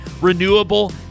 Renewable